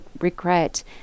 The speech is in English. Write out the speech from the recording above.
regret